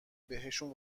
بهشون